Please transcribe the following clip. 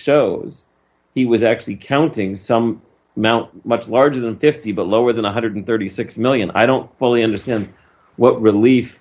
shows he was actually counting some amount much larger than fifty but lower than one hundred and thirty six million dollars i don't fully understand what relief